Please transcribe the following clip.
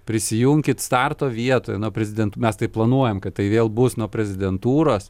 prisijunkit starto vietoj nuo prezident mes taip planuojam kad tai vėl bus nuo prezidentūros